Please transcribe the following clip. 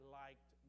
liked